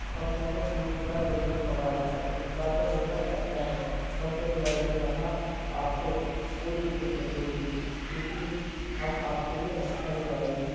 اب میں نے دوسری بار پروڈکٹ منگایا ہے اس بار کا پروڈکٹ اچھا ہے کمپنی والے نے کہا آپ کو کوئی دقت نہیں ہوگی کیوں کہ ہم آپ کے لیے اچھا ہی چاہیں گے